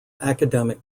academic